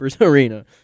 arena